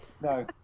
No